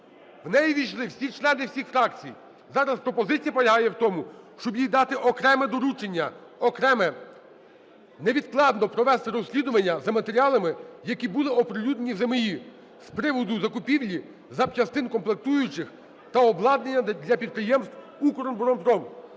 У неї ввійшли всі члени всіх фракцій. Зараз пропозиція полягає в тому, щоб їй дати окреме доручення, окреме: невідкладно провести розслідування за матеріалами, які були оприлюднені в ЗМІ з приводу закупівлі запчастин, комплектуючих та обладнання для підприємств "Укроборонпрому".